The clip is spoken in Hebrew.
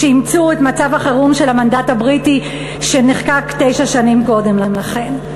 כשאימצו את מצב החירום של המנדט הבריטי שנחקק תשע שנים קודם לכן.